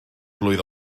blwydd